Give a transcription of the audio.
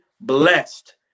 blessed